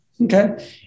Okay